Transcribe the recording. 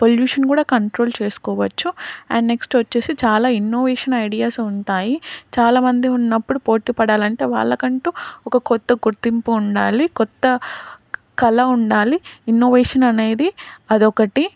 pollution కూడా control చేసుకోవచ్చు and next వచ్చేసి చాలా ఇన్నోవేషన్ ఐడియాస్ ఉంటాయి చాలామంది ఉన్నప్పుడు పోటీ పడాలంటే వాళ్ళకంటూ ఒక కొత్త గుర్తింపు ఉండాలి కొత్త కళ ఉండాలి ఇన్నోవేషన్ అనేది అదొకటి